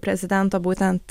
prezidento būtent